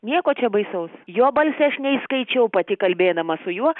nieko čia baisaus jo balse aš neįskaičiau pati kalbėdama su juo